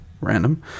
Random